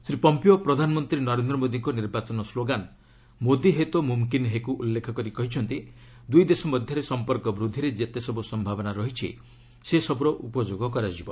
Shri Pompeo ପ୍ରଧାନମନ୍ତ୍ରୀ ନରେନ୍ଦ୍ର ମୋଦୀଙ୍କ ନିର୍ବାଚନ ସ୍କୋଗାନ୍ 'ମୋଦୀ ହେ ତୋ ମୁମ୍କିନ୍ ହେ'କୁ ଉଲ୍ଲେଖ କରି କହିଛନ୍ତି ଦୁଇ ଦେଶ ମଧ୍ୟରେ ସମ୍ପର୍କ ବୃଦ୍ଧିରେ ଯେତେସବୁ ସମ୍ଭାବନା ରହିଛି ସେସବୁର ଉପଯୋଗ କରାଯିବ